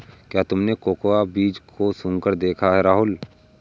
क्या तुमने कोकोआ बीज को सुंघकर देखा है राहुल?